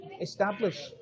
establish